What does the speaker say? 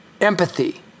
empathy